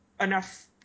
enough